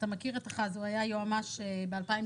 שהיה יועמ"ש ב-2017.